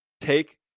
Take